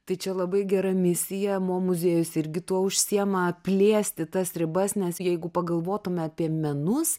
tai čia labai gera misija mo muziejus irgi tuo užsiima plėsti tas ribas nes jeigu pagalvotume apie menus